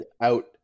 out